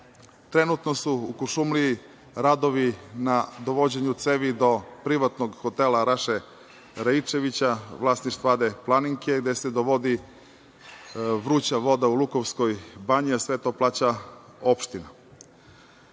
Trenutno su u Kuršumliji radovi na dovođenju cevi do privatnog hotela Raše Raičevića, vlasništva AD „Planinke“, gde se dovodi vruća voda u Lukovsku Banju, a sve to plaća opština. Dalje,